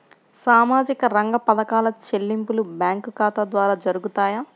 సామాజిక రంగ పథకాల చెల్లింపులు బ్యాంకు ఖాతా ద్వార జరుగుతాయా?